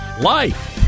life